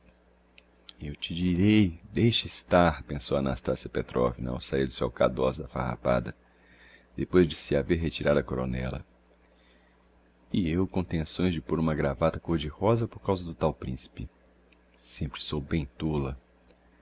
eu te direi deixa estar pensou a nastassia petrovna ao saír do seu cadoz da farrapada depois de se haver retirado a coronela e eu com tenções de pôr uma gravata côr de rosa por causa do tal principe sempre sou bem tola